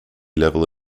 level